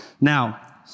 Now